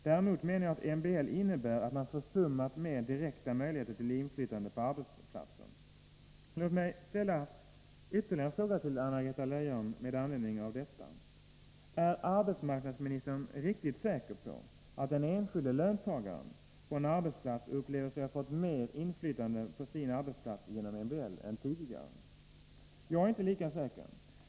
Däremot menar jag att MBL innebär att man försummat mer direkta möjligheter till inflytande på arbetsplatsen. Låt mig ställa ytterligare en fråga till Anna-Greta Leijon med anledning av detta: Är arbetsmarknadsministern riktigt säker på att den enskilde löntagaren på en arbetsplats upplever sig ha fått mer inflytande på sin arbetsplats genom MBL än hon eller han hade tidigare? Jag är inte lika säker.